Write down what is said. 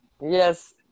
yes